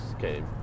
came